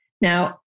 Now